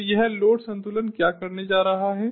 तो यह लोड संतुलन क्या करने जा रहा है